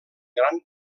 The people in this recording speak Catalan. gran